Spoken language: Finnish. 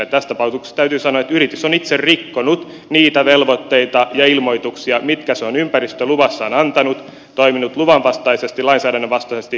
tässä tapauksessa täytyy sanoa että yritys on itse rikkonut niitä velvoitteita ja ilmoituksia mitkä se on ympäristöluvassaan antanut toiminut luvan vastaisesti lainsäädännön vastaisesti